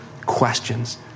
questions